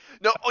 No